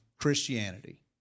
Christianity